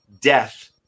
death